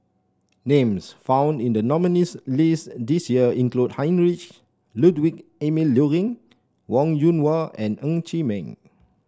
names found in the nominees' list this year include Heinrich Ludwig Emil Luering Wong Yoon Wah and Ng Chee Meng